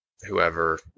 Whoever